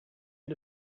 end